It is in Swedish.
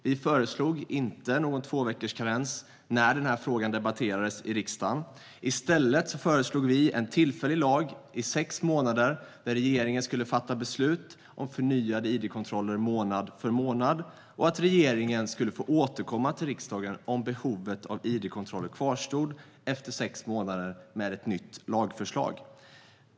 Vi föreslog inte någon tvåveckorskarens när frågan debatterades i riksdagen. I stället föreslog vi en tillfällig lag som skulle gälla i sex månader där regeringen skulle fatta beslut om förnyade id-kontroller månad för månad och att regeringen skulle få återkomma till riksdagen om behovet av id-kontroller kvarstod efter sex månader när ett nytt lagförslag skulle läggas fram.